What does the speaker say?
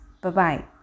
Bye-bye